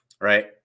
Right